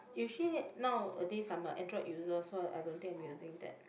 usually nowadays I'm a Android user so I don't think I'm using that